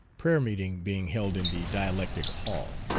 prayer-meeting being held in the dialectic hall.